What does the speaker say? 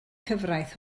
cyfraith